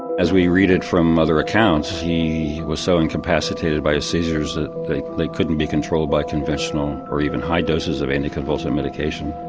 as we read it from other accounts he was so incapacitated by his seizures that they they couldn't be controlled by conventional or even high doses of anti-convulsant medication,